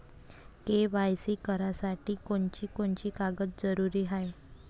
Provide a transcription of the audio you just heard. KYC करासाठी कोनची कोनची कागद जरुरी हाय?